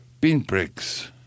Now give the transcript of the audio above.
pinpricks